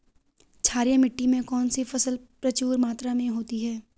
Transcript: क्षारीय मिट्टी में कौन सी फसल प्रचुर मात्रा में होती है?